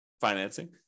financing